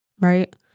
right